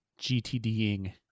GTDing